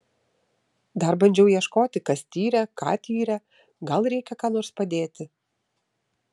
dar bandžiau ieškoti kas tyrė ką tyrė gal reikia ką nors padėti